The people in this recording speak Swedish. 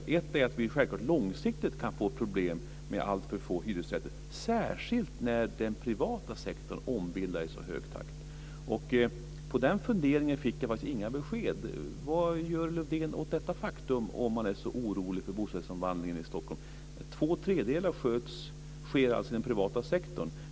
Ett skäl är att vi långsiktigt självklart kan få problem om det blir alltför få hyresrätter, särskilt som den privata sektorn ombildar i så hög takt. Vad gäller den funderingen fick jag faktiskt inget besked. Vad gör alltså Lars Erik Lövdén åt detta faktum, om han nu är så orolig över omvandlingen till bostadsrätter i Stockholm? Två tredjedelar av ombildningarna sker alltså inom den privata sektorn.